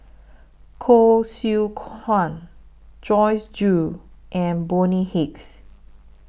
Koh Seow Chuan Joyce Jue and Bonny Hicks